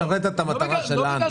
ולא משרת את המטרה שלנו.